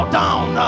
down